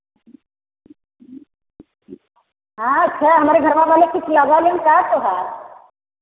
अच्छा हमरा घरवा वाले कुछ लगल होली का त्योहार